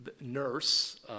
nurse